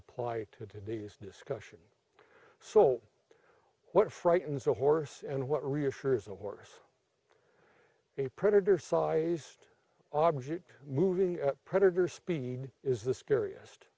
apply to today's discussion so what frightens a horse and what reassures a horse a predator sized object moving predator speed is the scariest